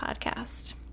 podcast